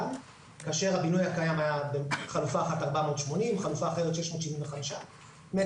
כאשר הבינוי הקיים היה בחלופה אחת 480 ובחלופה אחרת 675 מטר.